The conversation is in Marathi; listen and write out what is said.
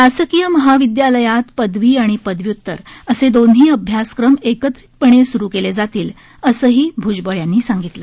शासकीय महाविद्यालयात पदवी आणि पदव्युत्तर असे दोन्ही अभ्यासक्रम एकत्रितपणे सुरू केले जातील असं ही भुजबळ यांनी सांगितलं